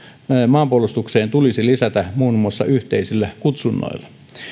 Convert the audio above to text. maanpuolustukseen tulisi lisätä muun muassa yhteisillä kutsunnoilla